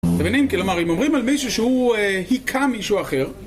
אתם מבינים? כלומר, אם אומרים על מישהו שהוא היכה מישהו אחר...